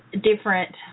different